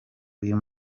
uyu